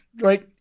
right